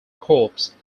corpse